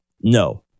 no